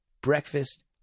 breakfast